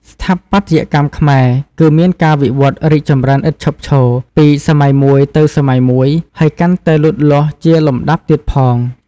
ស្ថាបត្យកម្មខ្មែរគឺ មានការវិវត្តរីកចម្រើន ឥតឈប់ឈរ ពី សម័យមួយទៅសម័យមួយ ហើយកាន់តែលូតលាស់ជាលំដាប់ទៀតផង ។